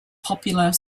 popular